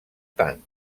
tant